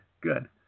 good